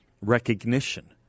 recognition